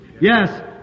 Yes